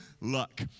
luck